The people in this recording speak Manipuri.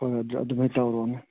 ꯍꯣꯏ ꯍꯣꯏ ꯑꯗꯨꯃꯥꯏꯅ ꯇꯧꯔꯣꯅꯦ